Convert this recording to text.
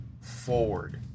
forward